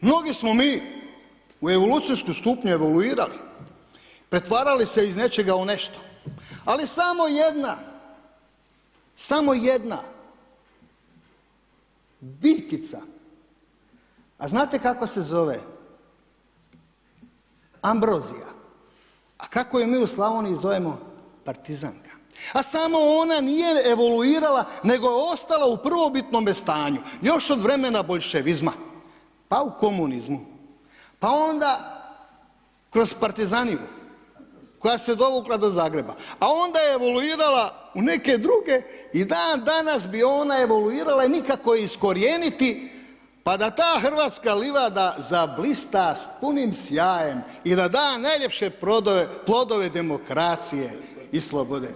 Mnoge smo mi u evolucijske stupnje evoluirali, pretvarali se iz nečega u nešto ali samo jedna biljkica, a znate kako se zove, ambrozija, a kako je mi u Slavoniji zovem partizanka, a samo ona nije evoluirala nego ostala u prvobitnome stanju, još od vremena boljševizma pa u komunizmu pa onda kroz partizaniju koja se dovukla do Zagreba a onda evoluirala u neke druge i dandanas bi ona evoluirala i nikako iskorijeniti pa da ta hrvatska livada zablista sa punim sjajem i da da najljepše plodove demokracije i slobode.